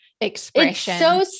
expression